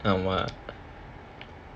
uh what